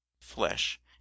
flesh